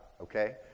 okay